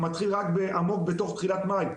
שמתחיל רק עמוק בתוך מאי,